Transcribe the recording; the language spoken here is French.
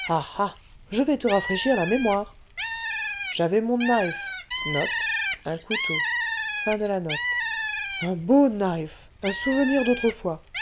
je vais te rafraîchir la mémoire j'avais mon knife un beau knife un souvenir d'autrefois